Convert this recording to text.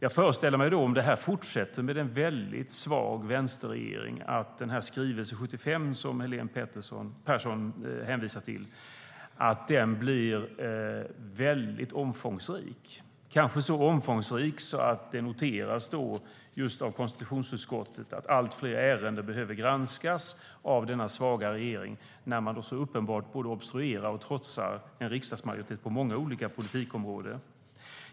Om detta fortsätter, med en väldigt svag vänsterregering, föreställer jag mig att skrivelse 75, som Helene Petersson hänvisar till, blir väldigt omfångsrik - kanske så omfångsrik att det noteras av konstitutionsutskottet att allt fler ärenden från denna svaga regering behöver granskas, när man så uppenbart både obstruerar och trotsar en riksdagsmajoritet på många olika politikområden.